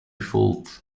fooled